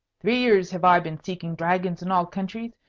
three years have i been seeking dragons in all countries,